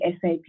SAP